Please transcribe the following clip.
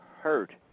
hurt